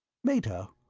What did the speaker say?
meta,